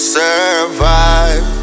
survive